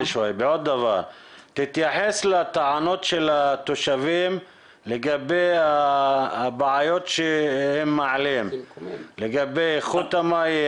תתייחס לטענות של התושבים לגבי הבעיות שהם מעלים לגבי איכות המים,